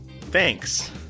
Thanks